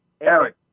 Eric